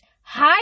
hi